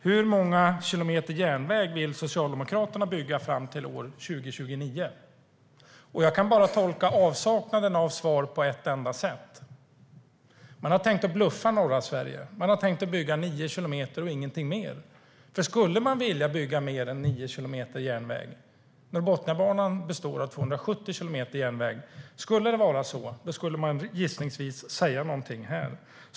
Hur många kilometer järnväg vill Socialdemokraterna bygga fram till år 2029? Jag kan bara tolka avsaknaden av svar på ett enda sätt. Man har tänkt att bluffa norra Sverige. Man har tänkt att bygga 9 kilometer och ingenting mer. Skulle man vilja bygga mer än 9 kilometer järnväg - Norrbotniabanan består av 270 kilometer järnväg - skulle man gissningsvis säga någonting här.